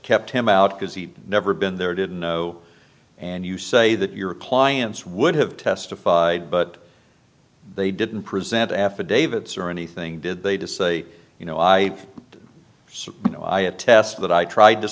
kept him out because he'd never been there didn't know and you say that your clients would have testified but they didn't present affidavits or anything did they to say you know i said no i attest that i tried to